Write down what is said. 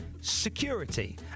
security